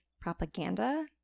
propaganda